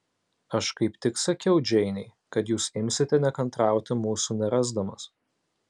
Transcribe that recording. aš kaip tik sakiau džeinei kad jūs imsite nekantrauti mūsų nerasdamas